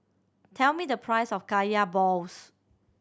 tell me the price of Kaya balls